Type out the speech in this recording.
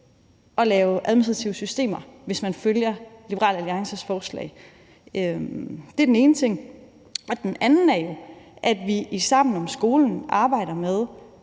og lave administrative systemer, hvis man følger Liberal Alliances forslag. Det er den ene ting, og den anden ting er jo, at vi i Sammen om skolen arbejder med